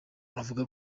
avuga